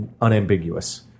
unambiguous